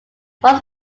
must